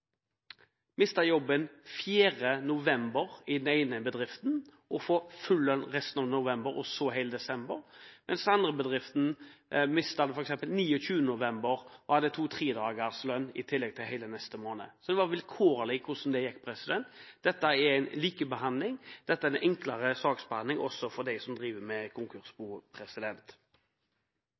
mistet jobben 4. november i én bedrift, fikk du full lønn i resten av november og for hele desember, mens du i en annen bedrift kunne miste jobben f.eks. 29. november og få to til tre dagers lønn, i tillegg til hele den neste måneden. Det var vilkårlig hvordan det gikk. Dette gir en likebehandling, og dette gir en enklere saksbehandling også for dem som driver med